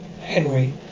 Henry